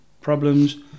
problems